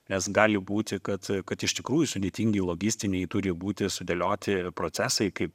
nes gali būti kad kad iš tikrųjų sudėtingi logistiniai turi būti sudėlioti procesai kaip